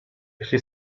jeśli